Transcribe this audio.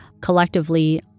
collectively